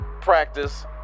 practice